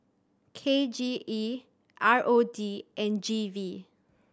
K J E R O D and G V